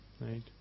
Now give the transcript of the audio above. right